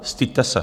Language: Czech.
Styďte se!